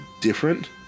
different